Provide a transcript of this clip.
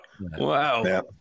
Wow